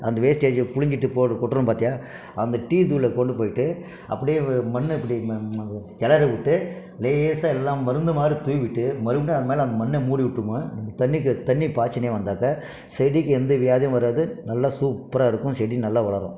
அந்த வேஸ்டேஜை புழிஞ்சிட்டு போடுறோம் கொட்டுறோம் பார்த்தீயா அந்த டீத்தூளை கொண்டு போய்விட்டு அப்படியே மண்ணை இப்படி கிளறி விட்டு லேசாக எல்லா மருந்து மாதிரி தூவி விட்டு மருந்தை அதுமேலே அந்த மண்ணை மூடி விட்டுடுவேன் தண்ணிக்கு தண்ணி பாய்ச்சின்னே வந்தாக்கால் செடிக்கு எந்த வியாதியும் வராது நல்ல சூப்பராக இருக்கும் செடி நல்லா வளரும்